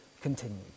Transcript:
continued